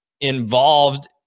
involved